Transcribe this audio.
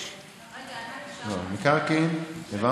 על מקרקעין.